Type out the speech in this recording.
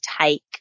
take